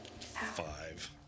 Five